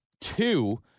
two